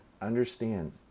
understand